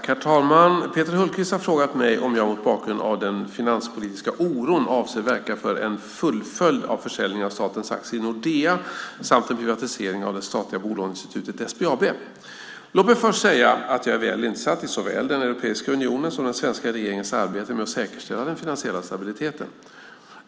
Herr talman! Peter Hultqvist har frågat mig om jag, mot bakgrund av den finanspolitiska oron, avser att verka för en fullföljd av försäljningen av statens aktier i Nordea samt en privatisering av det statliga bolåneinstitutet, SBAB. Låt mig först säga att jag är väl insatt i såväl Europeiska unionens som den svenska regeringens arbete med att säkerställa den finansiella stabiliteten.